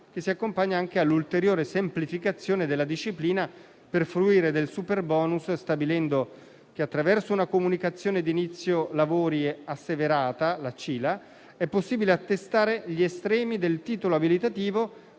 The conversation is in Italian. Essa si accompagna anche all'ulteriore semplificazione della disciplina per fruire del superbonus, stabilendo che, attraverso una comunicazione di inizio lavori asseverata, la CILA, è possibile attestare gli estremi del titolo abilitativo